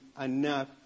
enough